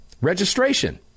Registration